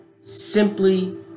simply